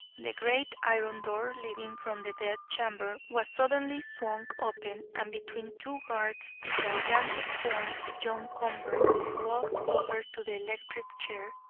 the great iron door leading from the death chamber was suddenly swung open, and between two guards the gigantic form of john convert walked over to the electric chair,